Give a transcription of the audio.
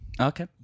Okay